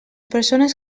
persones